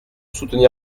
soutenir